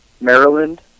Maryland